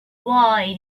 why